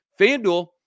FanDuel